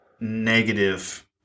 negative